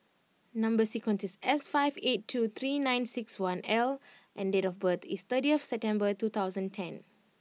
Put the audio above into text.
number sequence is S five eight two three nine six one L and date of birth is thirtieth September two thousand ten